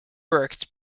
worked